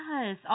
Yes